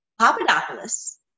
Papadopoulos